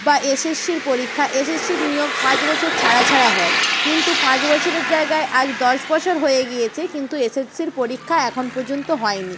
বা এসএসসির পরীক্ষা এসএসসির নিয়োগ পাঁচ বছর ছাড়া ছাড়া হয় কিন্তু পাঁচ বছরের জায়গায় আজ দশ বছর হয়ে গিয়েছে কিন্তু এসএসসির পরীক্ষা এখন পর্যন্ত হয়নি